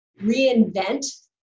reinvent